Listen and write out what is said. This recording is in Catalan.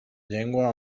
llengua